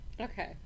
Okay